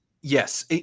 Yes